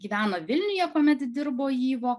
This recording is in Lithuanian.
gyveno vilniuje kuomet dirbo yvo